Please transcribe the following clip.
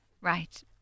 Right